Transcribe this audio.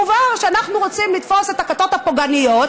והובהר שאנחנו רוצים לתפוס את הכיתות הפוגעניות,